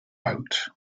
boat